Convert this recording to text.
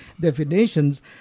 definitions